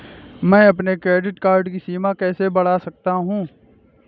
मैं अपने credit card की सीमा कैसे बढ़ा सकता हूँ?